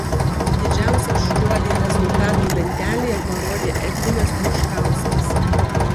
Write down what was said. didžiausią šuolį rezultatų lentelėje parodė edvinas juškauskas